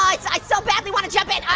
i so badly want to jump in.